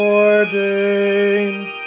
ordained